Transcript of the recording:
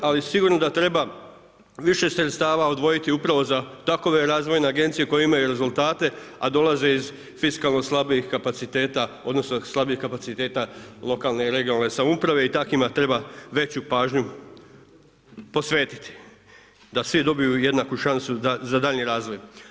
Ali sigurno da treba više sredstava odvojiti upravo za takove razvojne agencije koje imaju rezultate, a dolaze iz fiskalno slabijih kapaciteta odnosno slabijeg kapaciteta lokalne i regionalne samouprave i takvima treba veću pažnju posvetiti, da svi dobiju jednaku šansu za daljnji razvoj.